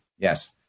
Yes